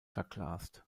verglast